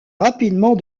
rapidement